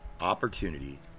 opportunity